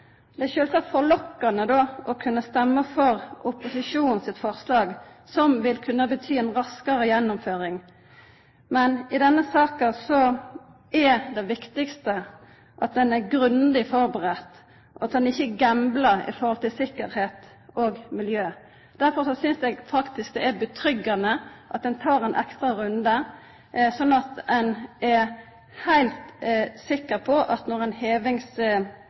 Det er då sjølvsagt forlokkande å stemma for opposisjonen sitt forslag, som vil kunne bety ei raskare gjennomføring. Men i denne saka er det viktigaste at ein er grundig førebudd, og at ein ikkje gamblar når det gjeld sikkerheit og miljø. Derfor synest eg faktisk det er trygt at ein tek ein ekstra runde, slik at ein er heilt sikker på når ein hevingsprosess blir sett i gang, at ein har gjort alle dei førebuingane som ein